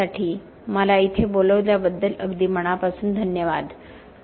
George मला इथे बोलावल्याबद्दल अगदी मनापासून धन्यवाद डॉ